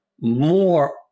more